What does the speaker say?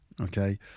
Okay